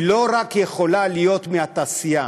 היא יכולה להיות לא רק מהתעשייה.